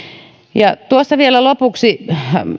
vielä lopuksi